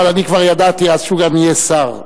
אבל אני כבר ידעתי אז שהוא גם יהיה שר.